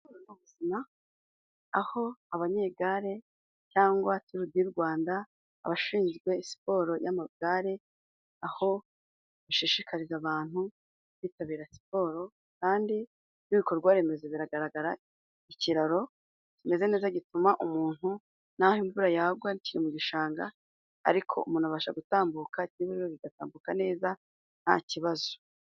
Aho abanyegare cyangwa tour du rwanda, abashinzwe siporo y'amagare, aho ishishikariza abantu kwitabira siporo, kandi n'ibikorwaremezo biragaragara, ikiraro kimeze neza gituma umuntu n'aho imvura yagwa yagiye mu gishanga, ariko umuntu abasha gutambuka, ibimera bigatambuka neza, nta kibazo.